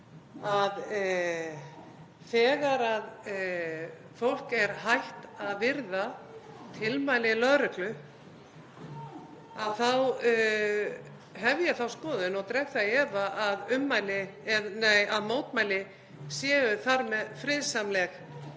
að þegar fólk er hætt að virða tilmæli lögreglu þá hef ég þá skoðun og dreg það í efa að mótmæli séu þar með friðsamleg.